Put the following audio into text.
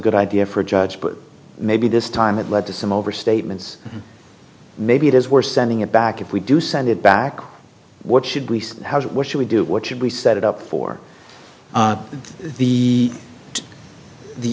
good idea for a judge but maybe this time it led to some overstatements maybe it is worth sending it back if we do send it back what should we say what should we do what should we set it up for the to the